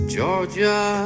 Georgia